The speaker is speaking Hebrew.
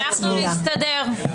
אנחנו נסתדר.